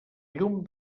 llum